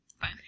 Fine